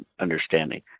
understanding